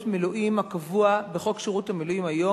מילואים הקבוע בחוק שירות המילואים היום,